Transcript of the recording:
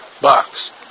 box